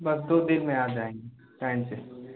बस दो दिन में आ जाएँगे टाइम से